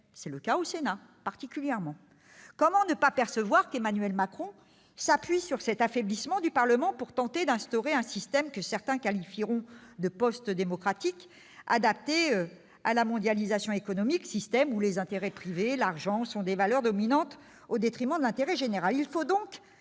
républicain se mène, particulièrement au Sénat. Comment ne pas percevoir qu'Emmanuel Macron s'appuie sur cet affaiblissement du Parlement pour tenter d'instaurer un système que certains qualifieront de post-démocratique, adapté à la mondialisation économique, un système où les intérêts privés et l'argent sont les valeurs dominantes, au détriment de l'intérêt général